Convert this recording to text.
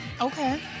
okay